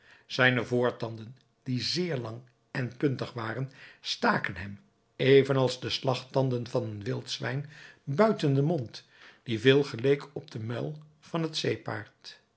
zijne voortanden die zeer lang en puntig waren staken hem even als de slagtanden van een wild zwijn buiten den mond die veel geleek op den muil van het zeepaard